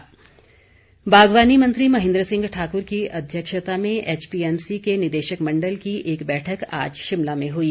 महेन्द्र सिंह बागवानी मंत्री महेन्द्र सिंह ठाकुर की अध्यक्षता में एचपीएमसी के निदेशक मंडल की एक बैठक आज शिमला में हुई